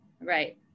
Right